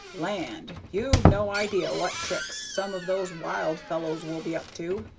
land! you've no idea what tricks some of those wild fellows will be up to.